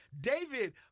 David